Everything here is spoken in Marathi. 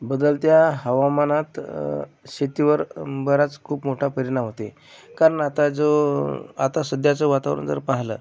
बदलत्या हवामानात शेतीवर बराच खूप मोठा परिणाम होते कारण आता जो आता सध्याचं वातावरण जर पाहिलं